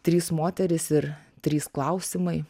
trys moterys ir trys klausimai